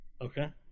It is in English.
Okay